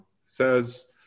says